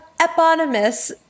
eponymous